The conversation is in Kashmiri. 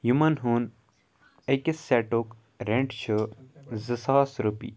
یِمَن ہُنٛد أکِس سٮ۪ٹُک رٮ۪نٛٹ چھُ زٕ ساس رۄپیہِ